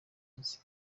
kazi